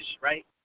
right